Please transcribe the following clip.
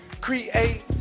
create